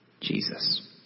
Jesus